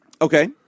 Okay